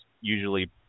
usually